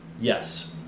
Yes